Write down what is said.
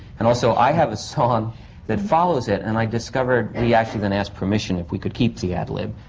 and also, i have a song that follows it. and i discovered. we actually then asked permission if we could keep the ad lib,